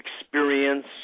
experience